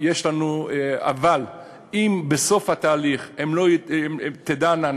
אבל אם בסוף התהליך הן לא תדענה,